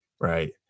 right